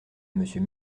monsieur